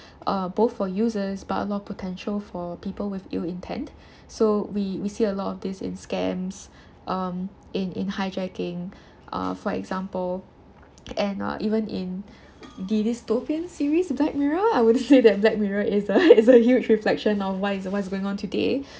uh both for users but a lot of potential for people with ill intent so we see a lot of this in scams um in in hijacking uh for example and uh even in the dystopian series Black Mirror I would say that Black Mirror is a is a huge reflection of what's going on today